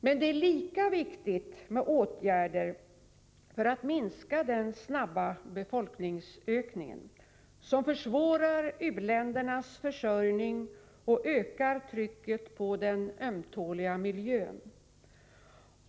Men det är lika viktigt med åtgärder för att minska den snabba befolkningsökningen, som försvårar u-ländernas försörjning och ökar trycket på den ömtåliga miljön.